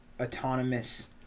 autonomous